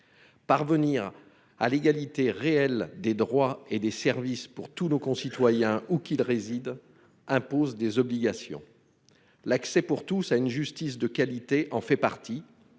Parvenir à l'égalité réelle des droits et des services pour tous nos concitoyens, où qu'ils résident, impose des obligations. L'accès de tous à une justice de qualité en fait partie.